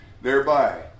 thereby